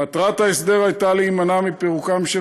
מטרת ההסדר הייתה להימנע מפירוקם של